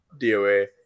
DOA